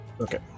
Okay